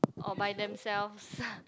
or by themselves